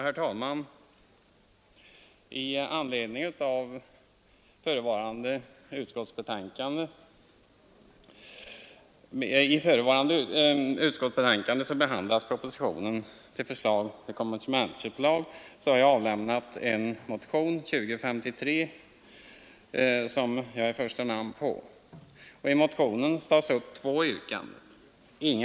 Herr talman! Med anledning av den i förevarande utskottsbetänkande behandlade propositionen med förslag till konsumentköplag har avlämnats motionen 2053 med mig som första namn. Motionen innehåller två yrkanden.